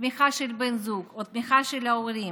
תמיכה של בן זוג או תמיכה של ההורים,